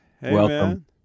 Welcome